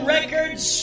Records